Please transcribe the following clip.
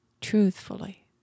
truthfully